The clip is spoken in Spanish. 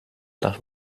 las